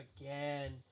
again